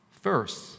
First